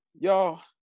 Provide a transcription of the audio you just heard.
y'all